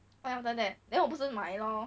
find 他们 leh then 我不是买 lor